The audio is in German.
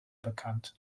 bekannt